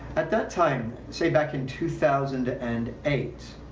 at that time say back in two thousand and eight,